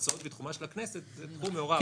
הצעות בתחומה של הכנסת זה תחום מעורב.